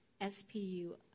SPU